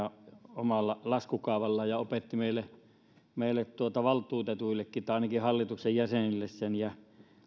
omalla laskukaavallaan ja opetti meille meille valtuutetuillekin tai ainakin hallituksen jäsenille sen ja